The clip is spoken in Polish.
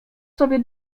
sobie